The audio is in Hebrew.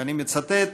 ואני מצטט: